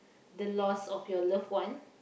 the loss of your love one